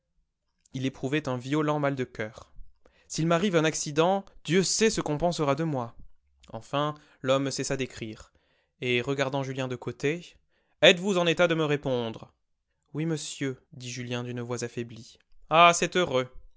il éprouvait un violent mal de coeur s'il m'arrive un accident dieu sait ce qu'on pensera de moi enfin l'homme cessa d'écrire et regardant julien de côté êtes-vous en état de me répondre oui monsieur dit julien d'une voix affaiblie ah c'est heureux